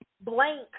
blank